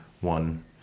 one